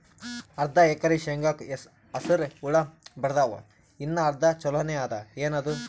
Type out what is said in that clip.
ಅರ್ಧ ಎಕರಿ ಶೇಂಗಾಕ ಹಸರ ಹುಳ ಬಡದಾವ, ಇನ್ನಾ ಅರ್ಧ ಛೊಲೋನೆ ಅದ, ಏನದು?